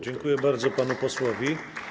Dziękuję bardzo panu posłowi.